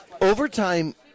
Overtime